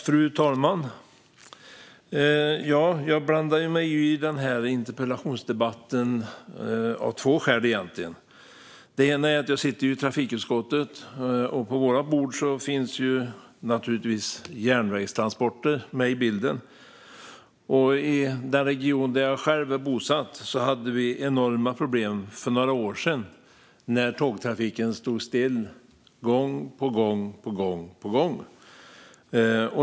Fru talman! Jag blandar mig i den här interpellationsdebatten av två skäl. Det ena skälet är att jag sitter i trafikutskottet, och på vårt bord finns naturligtvis järnvägstransporter. I den region där jag själv är bosatt hade vi för några år sedan enorma problem när tågtrafiken gång på gång stod stilla.